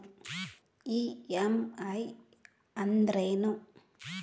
EMI ಅಂದ್ರೇನು?